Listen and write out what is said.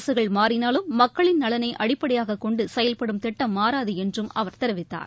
அரசுகள் மாறினாலும் மக்களின் நலனை அடிப்படையாக கொண்டு செயல்படும் திட்டம் மாறாது என்று அவர் தெரிவித்தார்